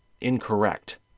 incorrect